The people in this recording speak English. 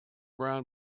brown